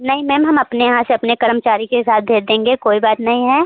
नहीं मैम हम अपने यहाँ से अपने कर्मचारी के साथ भेज देंगे कोई बात नहीं है